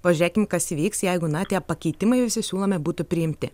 pažiūrėkim kas įvyks jeigu na tie pakeitimai siūlomi būtų priimti